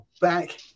back